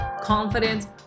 confidence